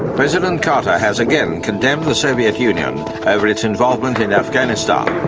president carter has again condemned the soviet union over its involvement in afghanistan.